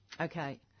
Okay